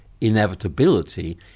inevitability